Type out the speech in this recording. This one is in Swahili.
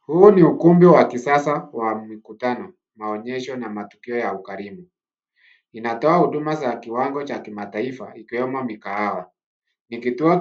Huu ni ukumbi wa kisasa wa mikutano, maonyesho na matukio ya ukarimu. Inatoa huduma za kiwango cha kimataifa ikiwemo mikahawa. Ni vyumba